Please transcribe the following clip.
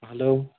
hello